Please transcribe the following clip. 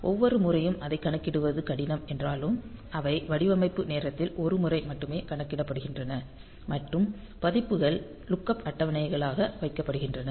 ஒவ்வொரு முறையும் அதைக் கணக்கிடுவது கடினம் என்றாலும் அவை வடிவமைப்பு நேரத்தில் ஒரு முறை மட்டுமே கணக்கிடப்படுகின்றன மற்றும் மதிப்புகள் லுக்கப் அட்டவணையாக வைக்கப்படுகின்றன